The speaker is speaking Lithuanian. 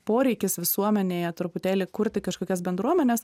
poreikis visuomenėje truputėlį kurti kažkokias bendruomenes